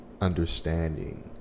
understanding